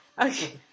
Okay